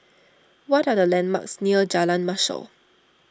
what are the landmarks near Jalan Mashor